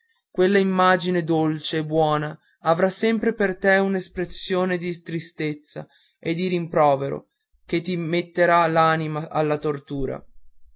quella immagine dolce e buona avrà sempre per te un'espressione di tristezza e di rimprovero che ti metterà l'anima alla tortura